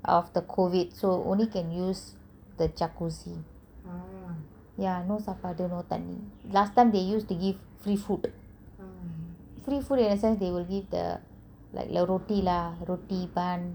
of the COVID so only can use the jacuzzi ya no saapadu no thanni last time they used to give free food free food free food in a sense they will give the roti lah roti bun